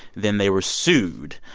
then they were sued.